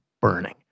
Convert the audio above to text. burning